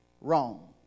wrong